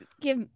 give